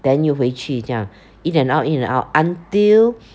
then 又回去这样 in and out in and out until